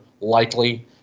likely